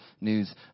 news